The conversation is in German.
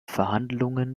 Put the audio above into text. verhandlungen